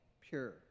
pure